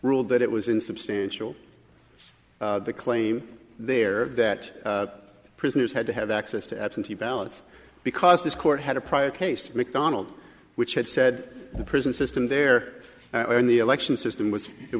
ruled that it was insubstantial the claim there that prisoners had to have access to absentee ballots because this court had a prior case mcdonald which had said the prison system there in the election system was it